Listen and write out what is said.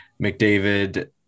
McDavid